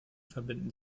verbinden